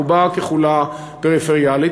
רובה ככולה פריפריאלית,